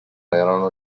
erano